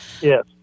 yes